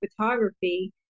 photography